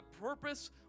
purpose